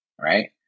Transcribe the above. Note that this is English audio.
right